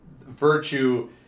virtue